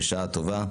בשעה טובה.